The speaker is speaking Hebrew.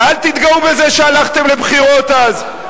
ואל תתגאו בזה שהלכתם לבחירות אז.